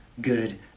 good